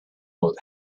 would